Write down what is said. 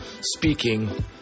speaking